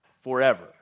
forever